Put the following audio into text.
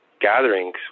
gatherings